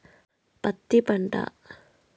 పత్తి పంట